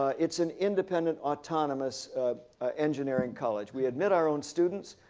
ah it's an independent, autonomous engineering college. we admit our own students.